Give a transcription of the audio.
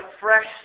fresh